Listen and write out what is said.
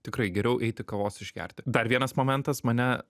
tikrai geriau eiti kavos išgerti dar vienas momentas mane